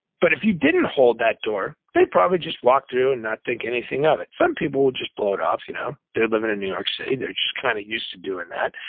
but if you didn't hold that door, they'd probably just walk through and not think anything of it. some people would just blow it off. you know they're living in new york city, they're just kind of used to doing that.